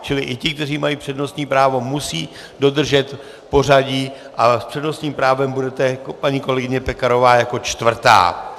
Čili i ti, kteří mají přednostní právo, musejí dodržet pořadí a s přednostním právem budete, paní kolegyně Pekarová, jako čtvrtá.